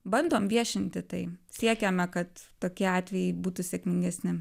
bandom viešinti tai siekiame kad tokie atvejai būtų sėkmingesni